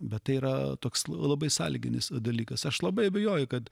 bet tai yra toks labai sąlyginis dalykas aš labai abejoju kad